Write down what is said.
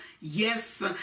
Yes